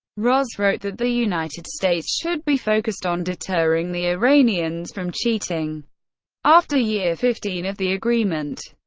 ross wrote that the united states should be focused on deterring the iranians from cheating after year fifteen of the agreement.